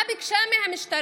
מה היא ביקשה מהמשטרה?